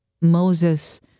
Moses